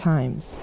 Times